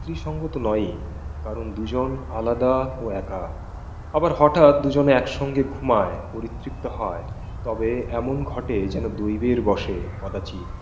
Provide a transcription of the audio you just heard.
স্ত্রী সঙ্গ তো নয়ই কারণ দুজন আলাদা ও একা আবার হঠাৎ দুজনে একসঙ্গে ঘুমায় পরিতৃপ্ত হয় তবে এমন ঘটে যেন দৈবের বশে কদাচিত